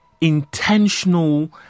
intentional